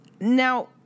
Now